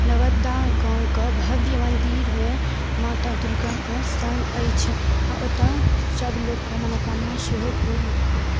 नवद्दा गामके भव्य मन्दिरमे माता दुर्गाके अस्थान अछि आओर ओतऽ सबलोकके मनोकामना सेहो पूर्ण